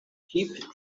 keep